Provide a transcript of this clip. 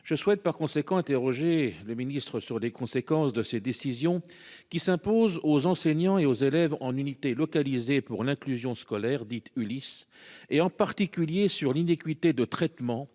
Je souhaite par conséquent interrogé le ministre sur les conséquences de ces décisions qui s'imposent aux enseignants et aux élèves en unité localisée pour l'inclusion scolaire dites Ulysse et en particulier sur l'innocuité de traitement